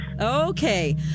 Okay